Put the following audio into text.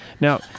Now